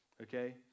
Okay